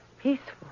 peaceful